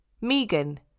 Megan